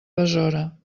besora